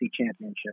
Championship